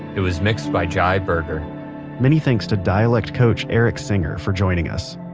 it was mixed by jai berger many thanks to dialect coach erik singer for joining us.